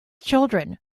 children